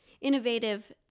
innovative